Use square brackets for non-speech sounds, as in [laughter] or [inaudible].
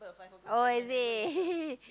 oh is it [laughs]